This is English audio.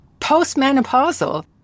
postmenopausal